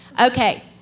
Okay